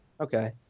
okay